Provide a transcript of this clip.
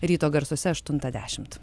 ryto garsuose aštuntą dešimt